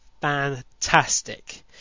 fantastic